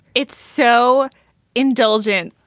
it's so indulgent.